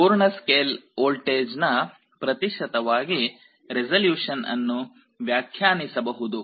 ಪೂರ್ಣ ಸ್ಕೇಲ್ ವೋಲ್ಟೇಜ್ನ ಪ್ರತಿಶತವಾಗಿ ರೆಸೊಲ್ಯೂಷನ್ ಅನ್ನು ವ್ಯಾಖ್ಯಾನಿಸಬಹುದು